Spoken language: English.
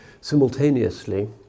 simultaneously